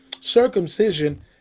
circumcision